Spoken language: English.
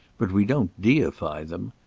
but we don't deify them.